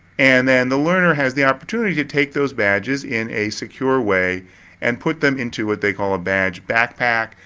and then the learner has the opportunity to take those badges in a secure way and put them into what they call a badge backpack.